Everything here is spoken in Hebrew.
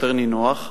יותר נינוח.